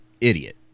idiot